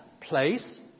place